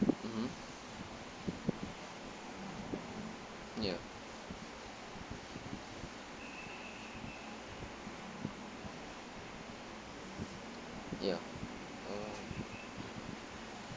mmhmm ya ya um